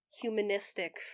humanistic